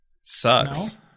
sucks